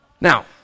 now